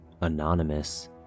Anonymous